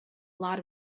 lot